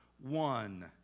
one